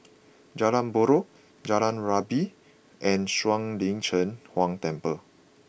Jalan Buroh Jalan Rabu and Shuang Lin Cheng Huang Temple